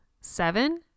seven